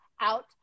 out